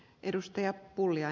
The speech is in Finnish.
arvoisa puhemies